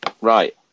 Right